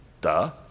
Duh